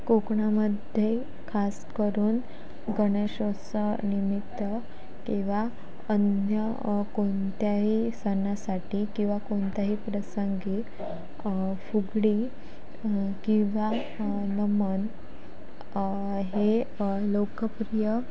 कोकणामध्ये खासकरून गणेशोत्सवानिमित्त किंवा अन्य कोणत्याही सणासाठी किंवा कोणत्याही प्रसंगी फुगडी किंवा नमन हे लोकप्रिय